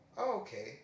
okay